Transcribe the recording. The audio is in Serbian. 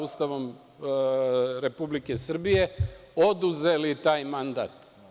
Ustava Republike Srbije oduzeli taj mandat.